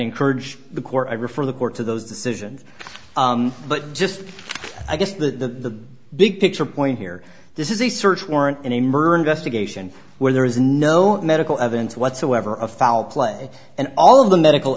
encourage the court i refer the court to those decisions but just i guess the big picture point here this is a search warrant in a murder investigation where there is no medical evidence whatsoever of foul play and all of the medical